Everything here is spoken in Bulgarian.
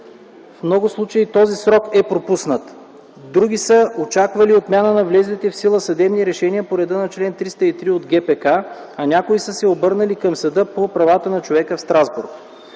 В много случаи този срок е пропуснат. Други са очаквали отмяна на влезлите в сила съдебни решения по реда на чл. 303 от ГПК, а някои са се обърнали към Съда по правата на човека в Страсбург.